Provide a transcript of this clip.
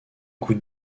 coup